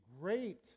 great